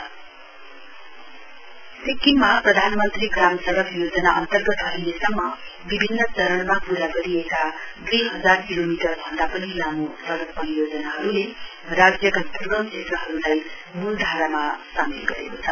Sikkim PMGSY सिक्किममा प्रधान मन्त्री ग्राम सड़क योजना अन्तर्गत अहिलेसम्म विभिन्न चरणमा पूरा गरिएका दुइ हजार किलोमिटर भन्दा पनि लामो सइक परियोजनाहरूले राज्यका द्वर्गम क्षेत्रहरूलाई मूलधारामा सामेल गरेको छ